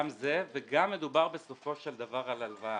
גם זה, וגם מדובר בסופו של דבר על הלוואה.